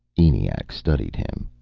eniac studied him.